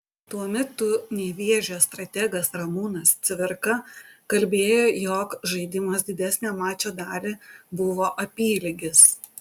tuo metu nevėžio strategas ramūnas cvirka kalbėjo jog žaidimas didesnę mačo dalį buvo apylygis